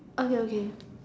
okay okay